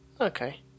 Okay